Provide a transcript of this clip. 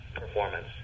performance